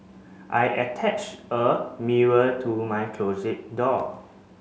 I attach a mirror to my closet door